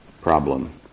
problem